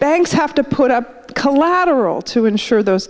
banks have to put up collateral to insure those